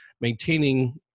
maintaining